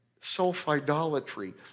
self-idolatry